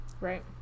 Right